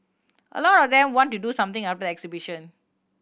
a lot of them want to do something after the exhibition